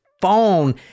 phone